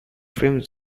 frame